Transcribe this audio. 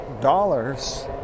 dollars